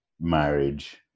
marriage